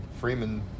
Freeman